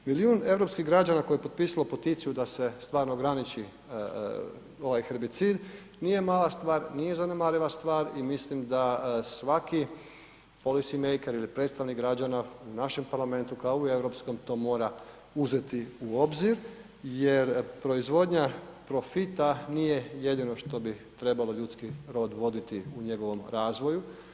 Milijun europskih građana koje je potpisalo peticiju da se stvarno ograničiti ovaj herbicid, nije mala stvar, nije zanemariva stvar i mislim da svaki policymaker ili predstavnik građana u našem parlamentu, kao i u europskom, to mora uzeti u obzir jer proizvodnja profita nije jedino što bi trebalo ljudski rod voditi u njegovom razvoju.